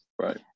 Right